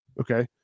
Okay